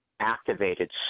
activated